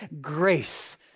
grace